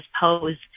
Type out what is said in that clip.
pose